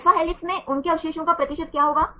alpha helix में उनके अवशेषों का प्रतिशत क्या होगा